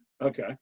okay